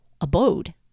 abode